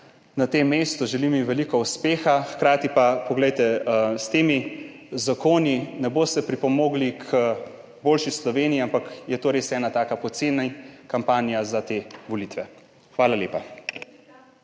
na tem mestu, želim ji veliko uspeha. Hkrati pa s temi zakoni ne boste pripomogli k boljši Sloveniji, ampak je to res ena taka poceni kampanja za te volitve. Hvala lepa.